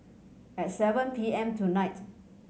at seven P M tonight